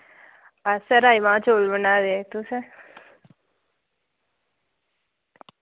असें राजमाह् चौल बनाए दे तुसें